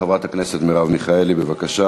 חברת הכנסת מרב מיכאלי, בבקשה.